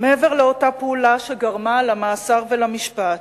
מעבר לאותה פעולה שגרמה למאסר ולמשפט: